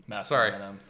sorry